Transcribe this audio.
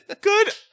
good